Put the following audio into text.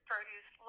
produce